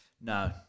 No